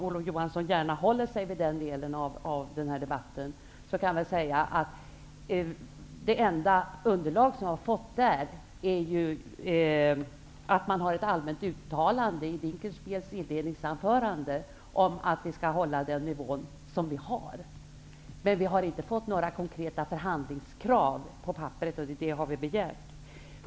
Olof Johansson håller sig gärna till den delen av debatten -- kan jag säga att det enda underlag som vi har fått är ett allmänt uttalande i Dinkelspiels anförande om att vi skall hålla den nivå som vi har. Men vi har inte fått några konkreta förhandlingskrav, och det har vi begärt.